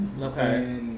okay